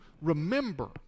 remember